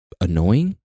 annoying